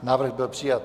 Návrh byl přijat.